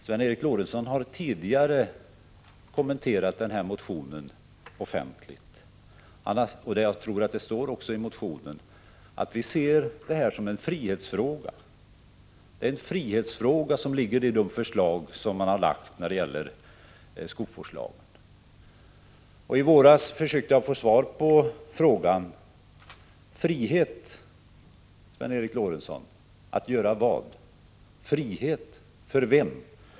Sven Eric Lorentzon har tidigare kommenterat sin motion offentligt, och jag tror också att det står i motionen att de förslag man lagt fram gällande skogsvårdslagen är en frihetsfråga. I våras försökte jag få svar på frågan: Frihet, Sven Eric Lorentzon, att göra vad? Frihet för vem?